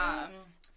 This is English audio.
Yes